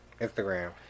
Instagram